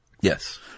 Yes